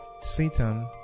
Satan